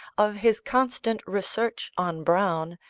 of his constant research on browne,